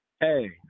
hey